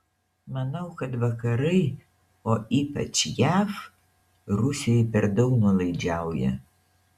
manau kad vakarai o ypač jav rusijai per daug nuolaidžiauja